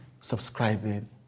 subscribing